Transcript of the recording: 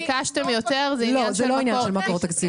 ביקשתם יותר, זה עניין של מקור תקציבי.